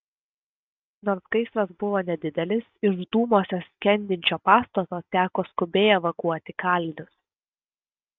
nors gaisras buvo nedidelis iš dūmuose skendinčio pastato teko skubiai evakuoti kalinius